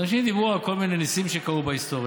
אז אנשים דיברו על כל מיני ניסים שקרו בהיסטוריה.